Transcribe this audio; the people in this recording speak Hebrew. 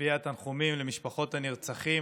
להביע תנחומים למשפחות הנרצחים.